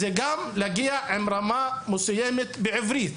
זה להגיע גם עם רמה מסוימת בעברית.